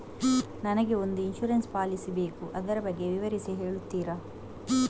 ನನಗೆ ಒಂದು insurance policy ಬೇಕು ಅದರ ಬಗ್ಗೆ ವಿವರಿಸಿ ಹೇಳುತ್ತೀರಾ?